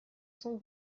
cent